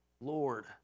Lord